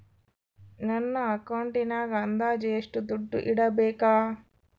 ನನ್ನ ಅಕೌಂಟಿನಾಗ ಅಂದಾಜು ಎಷ್ಟು ದುಡ್ಡು ಇಡಬೇಕಾ?